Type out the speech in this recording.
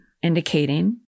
indicating